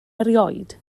erioed